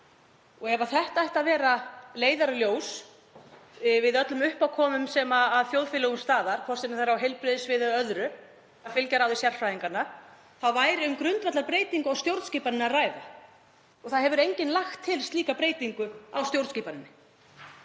Ef þetta ætti að vera leiðarljós í öllum uppákomum sem að þjóðfélögum steðja, hvort sem það er á heilbrigðissviði eða öðru, að fylgja ráðum sérfræðinganna, væri um grundvallarbreytingu á stjórnskipaninni að ræða. Og það hefur enginn lagt til slíka breytingu á stjórnskipaninni.